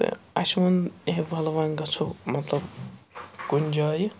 تہٕ اَسہِ ووٚن اے ولہٕ وۄنۍ گَژھو مطلب کُنہِ جایہِ